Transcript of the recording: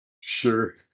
Sure